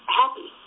happy